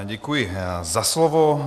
Děkuji za slovo.